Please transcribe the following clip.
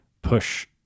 push